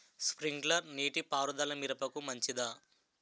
Sprinkler నీటిపారుదల మిరపకు మంచిదా?